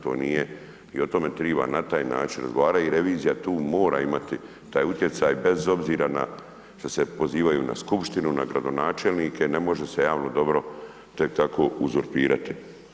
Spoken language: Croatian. To nije i o tome treba na taj način razgovarati i revizija tu mora imati taj utjecaj bez obzira što se pozivaju na skupštinu, na gradonačelnike, ne može se javno dobro tek tako uzurpirati.